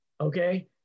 Okay